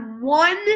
one